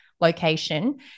location